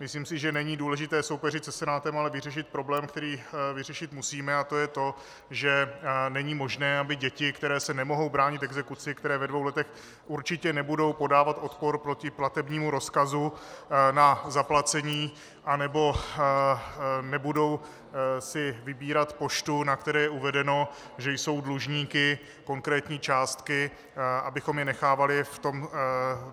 Myslím si, že není důležité soupeřit se Senátem, ale vyřešit problém, který vyřešit musíme, a to je to, že není možné, aby děti, které se nemohou bránit exekuci, které ve dvou letech určitě nebudou podávat odpor proti platebnímu rozkazu na zaplacení a nebo nebudou si vybírat poštu, na které je uvedeno, že jsou dlužníky konkrétní částky, abychom je nechávali v tom